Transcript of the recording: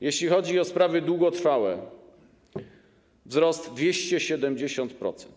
Jeśli chodzi o sprawy długotrwałe - wzrost o 270%.